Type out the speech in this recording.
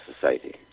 society